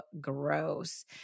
gross